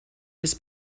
his